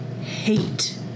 hate